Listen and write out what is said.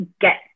get